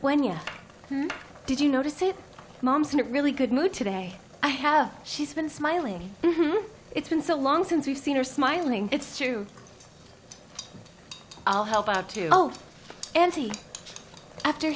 when you did you notice if mom's in a really good mood today i have she's been smiling it's been so long since we've seen her smiling it's true i'll help out to both auntie after